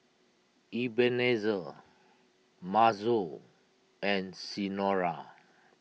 Ebenezer Masao and Senora